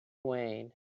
wayne